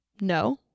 no